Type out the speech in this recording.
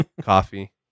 coffee